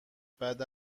بعد